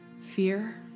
fear